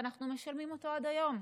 ואנחנו משלמים אותו עד היום,